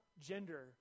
gender